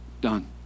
done